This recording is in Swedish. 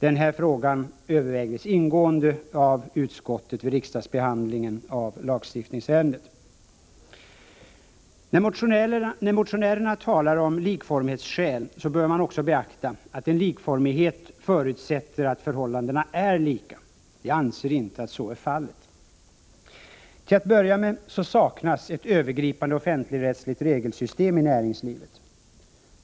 Den här frågan övervägdes ingående av utskottet vid riksdagsbehandlingen av lagstiftningsärendet. När motionärerna talar om likformighetsskäl bör man också beakta, att en likformighet förutsätter att förhållandena är lika. Jag anser inte att så är fallet. Till att börja med saknas ett övergripande offentligrättsligt regelsystem i näringslivet.